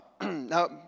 Now